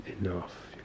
enough